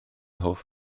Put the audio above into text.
hoff